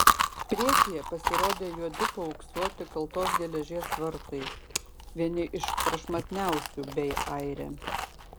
priekyje pasirodė juodi paauksuoti kaltos geležies vartai vieni iš prašmatniausių bei aire